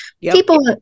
People